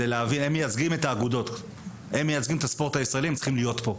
הם מייצגים את האגודות ואת הספורט הישראלי והם צריכים להיות פה.